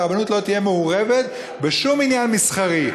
והרבנות לא תהיה מעורבת בשום עניין מסחרי,